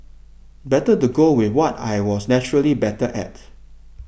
better to go with what I was naturally better at